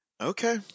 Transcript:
Okay